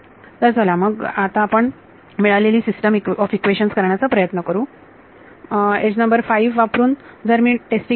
तर चला तर मग आपण मिळालेली सिस्टम ऑफ इक्वेशन्स करण्याचा प्रयत्न करू एज नंबर 5 वापरून जर मी टेस्टिंग केले